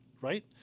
right